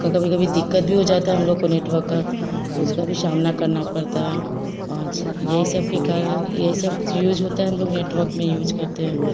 की कभी कभी दिक़्क़त भी हो जाती है हम लोग को नेटवर्क की तो उसका भी सामना करना पड़ता है और यही सब के कारण यही सब यूज होता है हम लोग नेटवर्क में यूज करते हैं